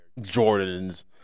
Jordans